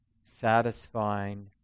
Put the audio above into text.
satisfying